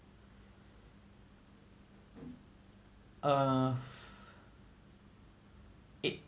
uh eight